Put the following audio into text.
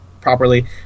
properly